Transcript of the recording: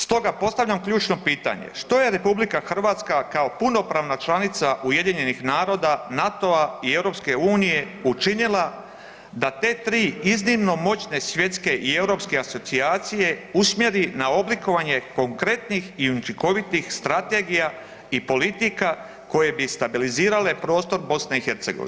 Stoga postavljam ključno pitanje, što je RH kao punopravna članica UN-a NATO-a i EU-a učinila da te 3 iznimno moćne svjetske i europske asocijacije usmjeri na oblikovanje konkretnih i učinkovitih strategija i politika koje bi stabilizirale prostor BiH?